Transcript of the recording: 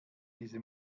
diese